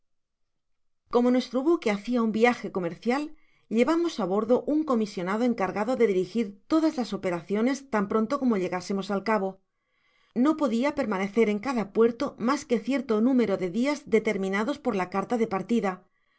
como nuestro buque hacia un viaje comercial llevábamos á bordo un comisionado encargado de dirigir todas las operaciones tan pronto como llegásemos al cabo no podia permanecer en cada puerto mas que cierto número de dias determinados por la carta de partida